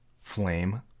flame